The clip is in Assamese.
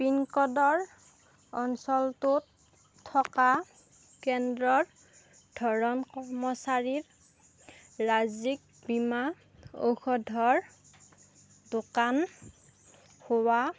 পিনক'ডৰ অঞ্চলটোত থকা কেন্দ্ৰৰ ধৰণ কৰ্মচাৰীৰ ৰাজ্যিক বীমা ঔষধৰ দোকান হোৱা